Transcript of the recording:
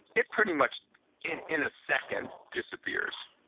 it pretty much in in a second disappears,